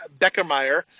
beckermeyer